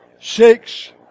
six